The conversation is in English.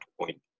point